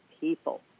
people